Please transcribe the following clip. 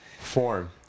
Form